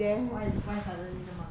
why why suddenly 这么多 ah